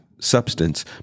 Substance